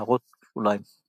הערות שוליים ==